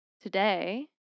today